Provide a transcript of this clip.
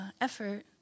effort